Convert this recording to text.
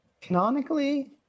Canonically